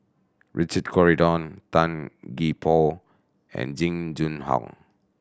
Richard Corridon Tan Gee Paw and Jing Jun Hong